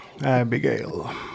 abigail